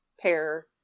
pair